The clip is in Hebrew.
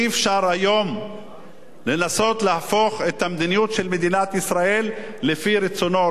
אי-אפשר היום לנסות להפוך את המדיניות של מדינת ישראל לפי רצונו,